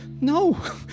no